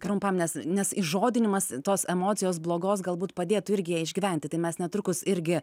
trumpam nes nes įžodinimas tos emocijos blogos galbūt padėtų irgi ją išgyventi tai mes netrukus irgi